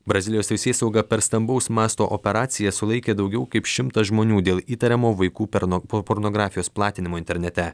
brazilijos teisėsauga per stambaus masto operaciją sulaikė daugiau kaip šimtą žmonių dėl įtariamo vaikų perno pornografijos platinimo internete